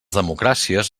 democràcies